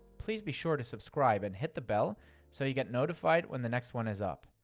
please be sure to subscribe and hit the bell so you get notified when the next one is up.